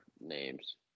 names